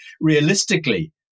realistically